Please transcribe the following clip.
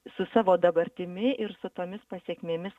su savo dabartimi ir su tomis pasekmėmis